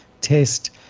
test